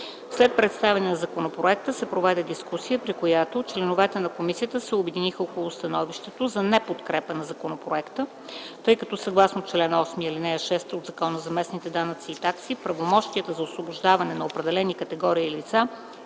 След представяне на законопроекта се проведе дискусия, при която членовете на комисията се обединиха около становището за неподкрепа на законопроекта, тъй като съгласно чл. 8, ал. 6 от Закона за местните данъци и такси правомощията за освобождаване на определени категории лица